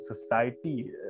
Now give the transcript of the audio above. society